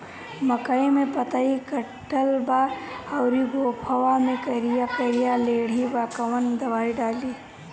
मकई में पतयी कटल बा अउरी गोफवा मैं करिया करिया लेढ़ी बा कवन दवाई डाली?